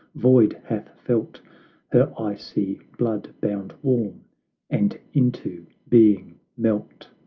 void hath felt her icy blood bound warm and into being melt!